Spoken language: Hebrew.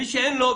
מי שאין לו,